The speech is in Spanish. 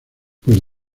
pues